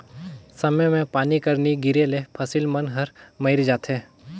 समे मे पानी कर नी गिरे ले फसिल मन हर मइर जाथे